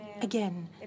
again